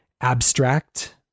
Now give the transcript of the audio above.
abstract